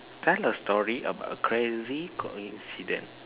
tell a story about a crazy coincidence